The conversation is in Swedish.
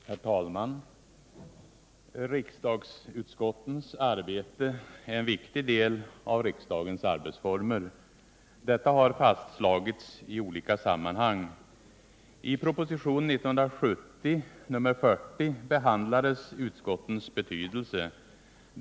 Herr talman! Riksdagsutskottens arbete är en viktig del av riksdagens arbetsformer. Detta har fastslagits i olika sammanhang. I propositionen 40 från år 1970 behandlades utskottens betydelse.